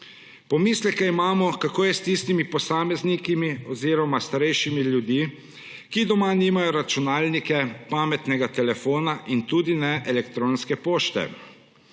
Pomisleke imamo, kako je s tistimi posamezniki oziroma starejšimi ljudmi, ki doma nimajo računalnika, pametnega telefona in tudi ne elektronske pošte.